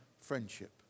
friendship